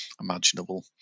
imaginable